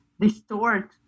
distort